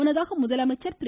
முன்னதாக முதலமைச்சர் திரு